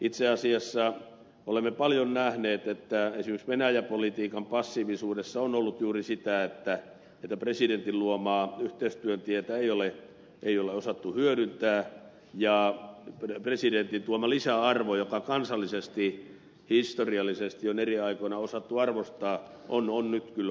itse asiassa olemme paljon nähneet että esimerkiksi venäjä politiikan passiivisuudessa on ollut juuri sitä että presidentin luomaa yhteistyön tietä ei ole osattu hyödyntää ja presidentin tuoma lisäarvo jota kansallisesti historiallisesti on eri aikoina osattu arvostaa on nyt kyllä hukassa